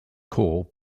corps